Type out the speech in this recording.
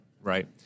right